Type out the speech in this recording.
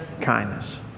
kindness